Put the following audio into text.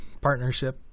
partnership